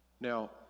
Now